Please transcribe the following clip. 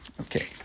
Okay